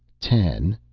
ten.